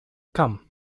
come